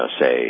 say